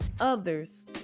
others